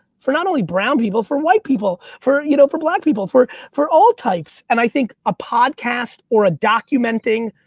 for not only brown people, for white people, for you know for black people, for for all types. and i think a podcast, or a documenting,